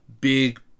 big